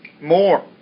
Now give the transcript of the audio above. more